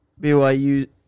BYU